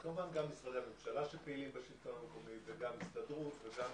כמובן גם משרדי הממשלה שפעילים בשלטון המקומי וגם הסתדרות וגם